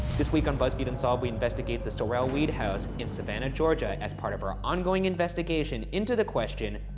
this week on buzzfeed unsolved, we investigate the sorrel-weed house in savannah, georgia, as part of our ongoing investigation into the question,